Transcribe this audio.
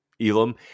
Elam